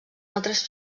altres